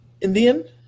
Indian